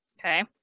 Okay